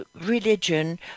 religion